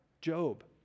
Job